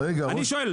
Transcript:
אני שואל,